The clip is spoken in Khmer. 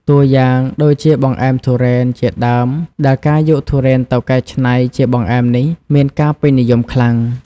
តួយ៉ាងដូចជា បង្អែមទុរេន ជាដើម ដែលការយកទុរេនទៅកែច្នៃជាបង្អែមនេះ មានការពេញនិយមខ្លាំង។